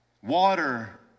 Water